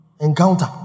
Encounter